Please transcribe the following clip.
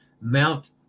Mount